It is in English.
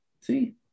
See